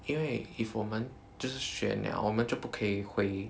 因为 if 我们就是选了我们就不可以回